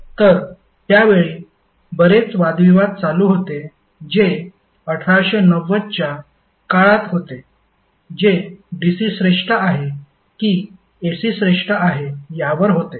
तर त्या वेळी बरेच वादविवाद चालू होते जे 1890 च्या काळात होते जे DC श्रेष्ठ आहे की AC श्रेष्ठ आहे यावर होते